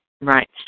right